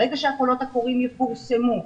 ברגע שהקולות הקוראים יפורסמו,